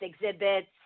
exhibits